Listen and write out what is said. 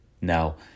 Now